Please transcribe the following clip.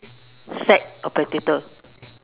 sack of potatoes